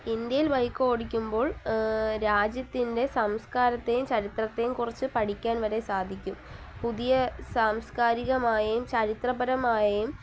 ഇന്ത്യയിൽ ബൈക്ക് ഓടിക്കുമ്പോൾ രാജ്യത്തിൻ്റെ സംസ്കാരത്തേയും ചരിത്രത്തേയും കുറിച്ച് പഠിക്കാൻ വരെ സാധിക്കും പുതിയ സാംസ്കാരികമായും ചരിത്രപരമായും